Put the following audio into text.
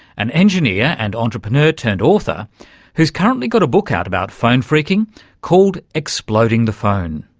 an engineer and entrepreneur turned author who's currently got a book out about phone phreaking called exploding the phone.